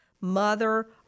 mother